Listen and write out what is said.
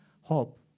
hope